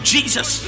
Jesus